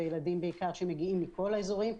בעיקר ילדים שמגיעים מכל האזורים.